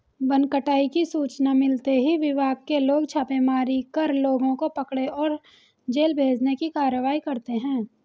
one कटाई की सूचना मिलते ही विभाग के लोग छापेमारी कर लोगों को पकड़े और जेल भेजने की कारवाई करते है